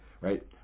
right